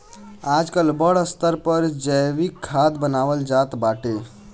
आजकल बड़ स्तर पर जैविक खाद बानवल जात बाटे